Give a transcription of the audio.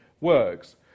works